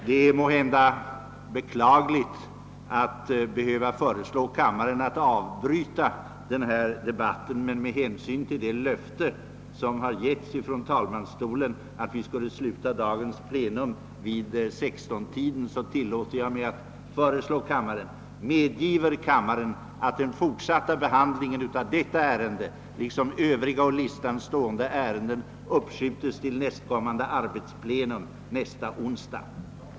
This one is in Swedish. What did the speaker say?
Det är måhända beklagligt att behöva föreslå kammarens ledamöter att avbryta den här debatten, men med hänsyn till löftet från talmansstolen att vi skulle sluta dagens plenum vid 16-tiden tillåter jag mig fråga: Medgiver kammaren att den fortsatta behandlingen av detta ärende liksom övriga å listan stående ärenden uppskjutes till nästkommade arbetsplenum onsdagen den 28 maj?